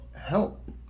help